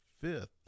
fifth